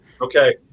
okay